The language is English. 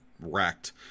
wrecked